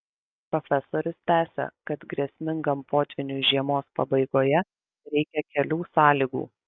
profesorius tęsia kad grėsmingam potvyniui žiemos pabaigoje reikia kelių sąlygų